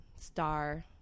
star